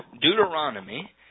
Deuteronomy